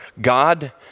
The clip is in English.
God